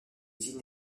cuisine